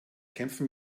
kämpfen